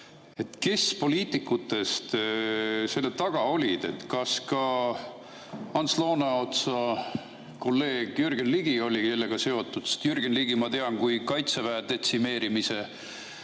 kes poliitikutest selle taga olid? Kas ka Ants Laaneotsa kolleeg Jürgen Ligi oli sellega seotud? Sest Jürgen Ligi ma tean kui Kaitseväe detsimeerimise